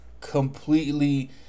completely